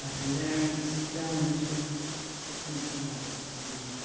ah your larynx, down into the into the lungs, and then